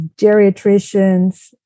geriatricians